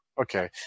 okay